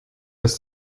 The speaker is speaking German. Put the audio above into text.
das